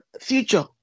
future